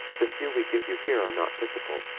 the few we give you here are not difficult,